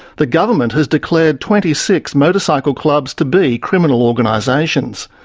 the government has declared twenty six motorcycle clubs to be criminal organisations,